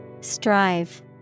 Strive